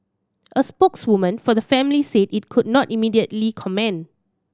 a spokeswoman for the family said it could not immediately comment